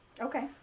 okay